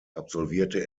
absolvierte